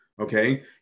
Okay